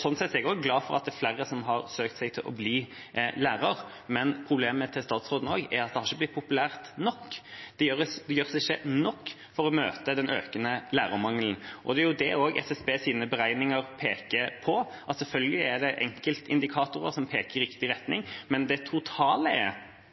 Sånn sett er også jeg glad for at det er flere som har søkt seg til å bli lærer, men problemet til statsråden er at det ikke har blitt populært nok. Det gjøres ikke nok for å møte den økende lærermangelen. Det er også det SSBs beregninger peker på. Det er selvfølgelig enkeltindikatorer som peker i riktig retning, men totalt øker lærermangelen. I det totale